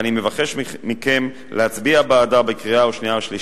ואני מבקש מכם להצביע בעדה בקריאה השנייה ובקריאה השלישית,